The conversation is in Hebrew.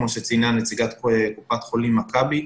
כמו שציינה נציגת קופת חולים מכבי,